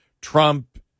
Trump